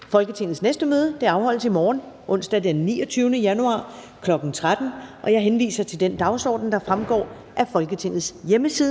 Folketingets næste møde afholdes i morgen, onsdag den 29. januar, kl. 13.00. Jeg henviser til den dagsorden, der fremgår af Folketingets hjemmeside.